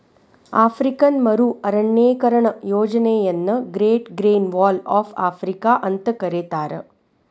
African ಮರು ಅರಣ್ಯೇಕರಣ ಯೋಜನೆಯನ್ನ great green wall of Africa ಅಂತ ಕರೇತಾರ